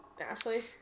Ashley